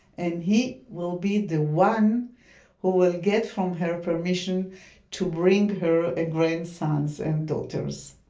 and he will be the one who will get from her permission to bring her a grandsons and daughters